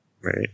right